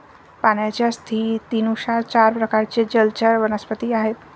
पाण्याच्या स्थितीनुसार चार प्रकारचे जलचर वनस्पती आहेत